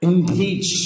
Impeach